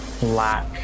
Black